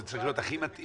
זה צריך להיות הכי מתאים.